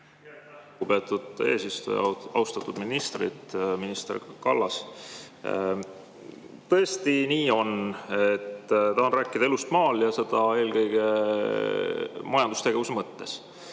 Lugupeetud eesistuja! Austatud ministrid! Minister Kallas! Tõesti nii on, et tahan rääkida elust maal, ja seda eelkõige majandustegevuse mõttes.